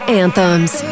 anthems